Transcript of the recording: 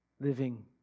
living